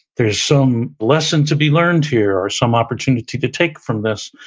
there's some lesson to be learned here or some opportunity to take from this.